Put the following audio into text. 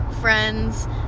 friends